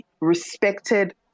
respected